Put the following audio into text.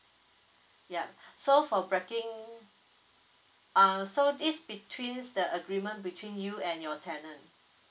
yup so for breaking uh so its between the agreement between you and your tenant